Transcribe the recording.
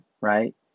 Right